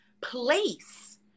place